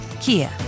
Kia